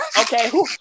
Okay